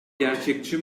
gerçekçi